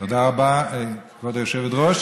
תודה רבה, כבוד היושבת-ראש.